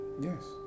Yes